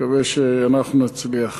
נקווה שאנחנו נצליח.